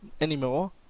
anymore